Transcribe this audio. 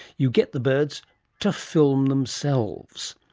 you get the birds to film themselves.